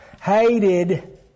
hated